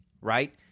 right